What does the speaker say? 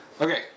Okay